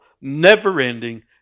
never-ending